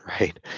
right